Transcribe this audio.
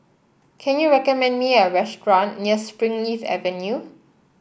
can you recommend me a restaurant near Springleaf Avenue